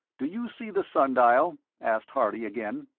do you see the sun-dial? asked harley, again.